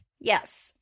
Yes